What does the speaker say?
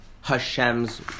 Hashem's